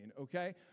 okay